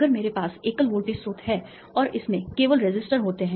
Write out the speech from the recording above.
अगर मेरे पास एकल वोल्टेज स्रोत है और इसमें केवल रेसिस्टर होते हैं